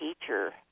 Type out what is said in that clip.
teacher